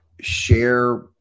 share